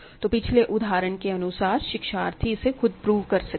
तो पिछले उदाहरण के अनुसार शिक्षार्थी इसे खुद प्रूव कर सकते हैं